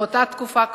באותה תקופה,